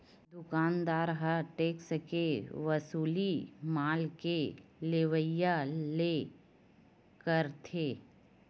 दुकानदार ह टेक्स के वसूली माल के लेवइया ले करथे